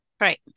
Right